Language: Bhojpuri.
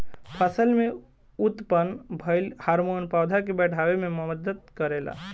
फसल में उत्पन्न भइल हार्मोन पौधा के बाढ़ावे में मदद करेला